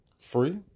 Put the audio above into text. free